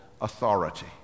authority